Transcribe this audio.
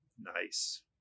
nice